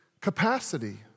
capacity